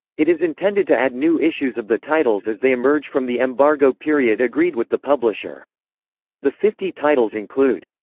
it is intended to add new issues of the titles as they emerge from the embargo period agreed with the publisher the fifty titles include